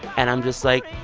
and i'm just, like,